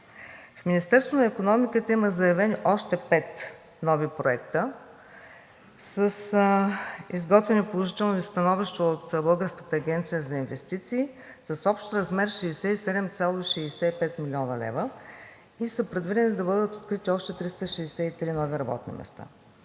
В Министерството на икономиката има заявени още пет нови проекта с изготвени положителни становища от Българската агенция за инвестиции с общ размер – 67,65 млн. лв., и са предвидени да бъдат открити още 363 нови работни места.